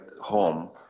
home